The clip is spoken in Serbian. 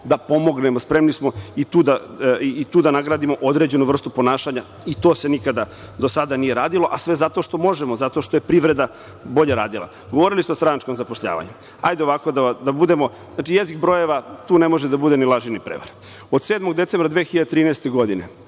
da pomognemo, spremni smo i tu da nagradimo određenu vrstu ponašanja i to se nikada do sada nije radilo, a sve zato što možemo, zato što je privreda bolje radila. Govorili ste o stranačkom zapošljavanju. Hajde ovako, jezik brojeva, tu ne može da bude ni laži ni prevare. Od 7. decembra 2013. godine,